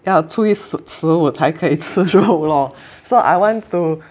要初一十十五才可以吃肉咯 so I want to